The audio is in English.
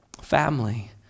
Family